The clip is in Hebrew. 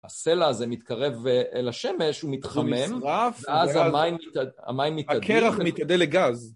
הסלע הזה מתקרב אל השמש, הוא הוא מתחמם, הוא נשרף, ואז המים מתאדים. הקרח מתאדה לגז.